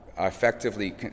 effectively